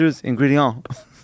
ingredients